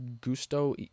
Gusto